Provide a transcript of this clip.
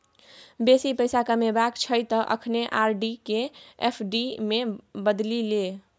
बेसी पैसा कमेबाक छौ त अखने आर.डी केँ एफ.डी मे बदलि ले